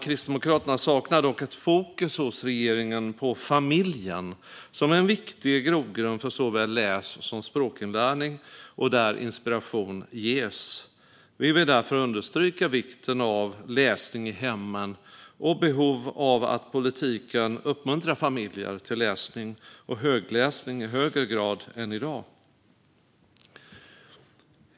Kristdemokraterna saknar dock ett fokus hos regeringen på familjen som en viktig grogrund för såväl läs som språkinlärning där inspiration ges. Vi vill därför understryka vikten av läsning i hemmen och behovet av att politiken uppmuntrar familjer till läsning och högläsning i högre grad än i dag.